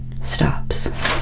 stops